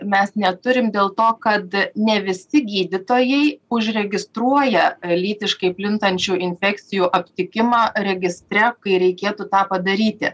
mes neturim dėl to kad ne visi gydytojai užregistruoja lytiškai plintančių infekcijų aptikimą registre kai reikėtų tą padaryti